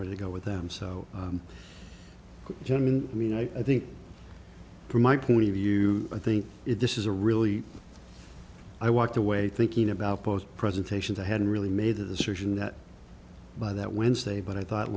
sorry to go with them so gentlemen i mean i think from my point of view i think this is a really i walked away thinking about post presentations i hadn't really made a decision that by that wednesday but i thought